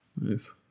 Nice